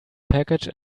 package